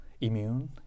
immune